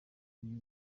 mujyi